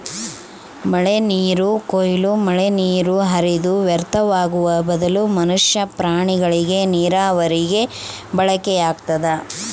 ಮಳೆನೀರು ಕೊಯ್ಲು ಮಳೆನೀರು ಹರಿದು ವ್ಯರ್ಥವಾಗುವ ಬದಲು ಮನುಷ್ಯ ಪ್ರಾಣಿಗಳಿಗೆ ನೀರಾವರಿಗೆ ಬಳಕೆಯಾಗ್ತದ